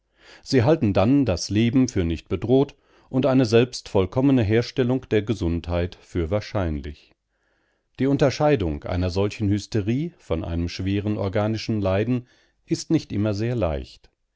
sie halten dann das leben für nicht bedroht und eine selbst vollkommene herstellung der gesundheit für wahrscheinlich die unterscheidung einer solchen hysterie von einem schweren organischen leiden ist nicht immer sehr leicht